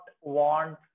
want